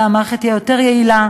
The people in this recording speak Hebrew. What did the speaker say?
אלא המערכת תהיה יותר יעילה,